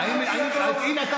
הינה,